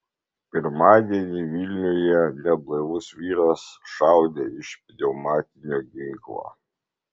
pirmadienį vilniuje neblaivus vyras šaudė iš pneumatinio ginklo